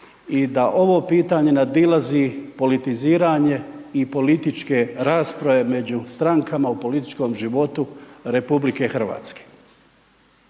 i da ovo pitanje nadilazi politiziranje i političke rasprave među strankama u političkom životu RH. U tom pravcu